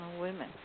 women